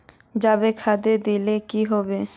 जाबे खाद दिले की होबे?